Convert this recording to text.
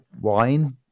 wine